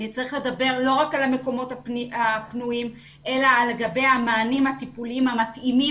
צריך לדבר לא רק על המקומות הפנויים אלא על המענים הטיפוליים המתאימים.